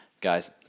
guys